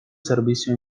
servicio